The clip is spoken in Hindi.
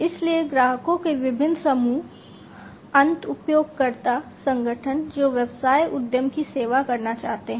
इसलिए ग्राहकों के विभिन्न समूह अंत उपयोगकर्ता संगठन जो व्यवसाय उद्यम की सेवा करना चाहते हैं